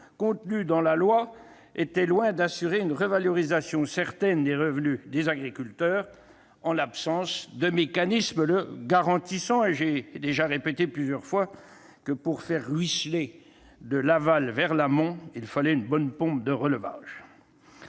contenu dans le texte était loin d'assurer une revalorisation certaine des revenus des agriculteurs en l'absence d'instrument le garantissant. J'ai indiqué à plusieurs reprises que, pour faire ruisseler de l'aval vers l'amont, il fallait une bonne pompe de relevage